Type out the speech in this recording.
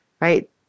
right